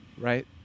right